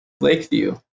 Lakeview